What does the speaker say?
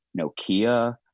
nokia